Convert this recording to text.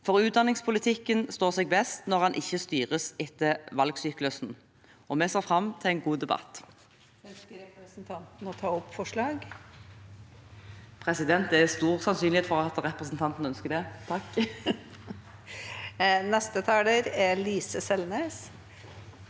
for utdanningspolitikken står seg best når den ikke styres etter valgsyklusen. Vi ser fram til en god debatt.